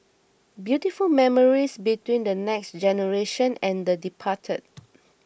beautiful memories between the next generation and the departed